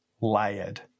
layered